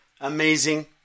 Amazing